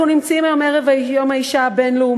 אנחנו נמצאים היום ערב יום האישה הבין-לאומי,